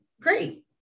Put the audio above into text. great